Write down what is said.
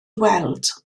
weld